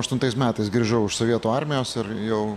aštuntais metais grįžau iš sovietų armijos ir jau